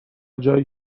جایی